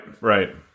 right